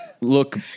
look